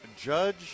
Judge